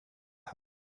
help